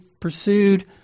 pursued